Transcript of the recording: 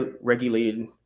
regulated